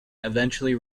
eventually